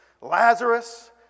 Lazarus